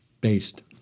based